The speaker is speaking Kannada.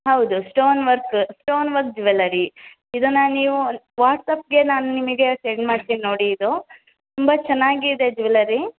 ಹೌದು stone work stone work jewellery ಇದನ್ನು ನೀವು ವಾಟ್ಸ್ಆ್ಯಪ್ಗೆ ನಾನು ನಿಮಗೆ ಸೆಂಡ್ ಮಾಡ್ತೀನಿ ನೋಡಿ ಇದು ತುಂಬ ಚೆನ್ನಾಗಿದೆ ಜುವೆಲರಿ